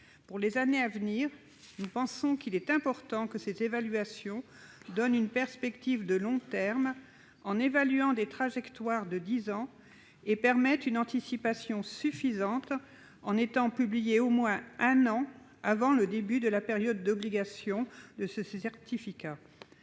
Pour les années à venir, nous pensons qu'il est important que cette évaluation donne une perspective de long terme, à dix ans, et permette une anticipation suffisante, en étant publiée au moins un an avant le début de la période d'obligation de ce certificat.